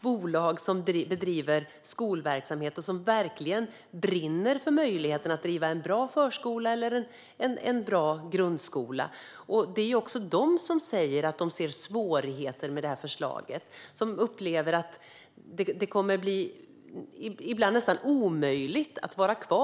bolag som bedriver skolverksamhet och som verkligen brinner för möjligheten att driva en bra förskola eller en bra grundskola. Det är också de som säger att de ser svårigheter med detta förslag och som upplever att det ibland kommer att bli nästan omöjligt att vara kvar.